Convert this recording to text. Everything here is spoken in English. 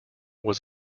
was